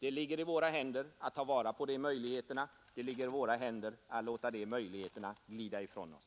Det ligger i våra händer att ta vara på de möjligheterna. Det ligger i våra händer att låta de möjligheterna glida ifrån oss.